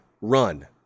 run